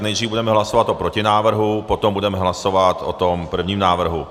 Nejdřív budeme hlasovat o protinávrhu, potom budeme hlasovat o tom prvním návrhu.